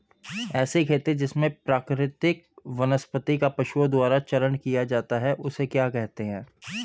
ऐसी खेती जिसमें प्राकृतिक वनस्पति का पशुओं द्वारा चारण किया जाता है उसे क्या कहते हैं?